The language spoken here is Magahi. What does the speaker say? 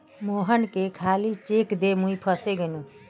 मोहनके खाली चेक दे मुई फसे गेनू